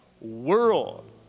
world